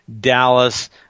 Dallas